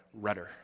rudder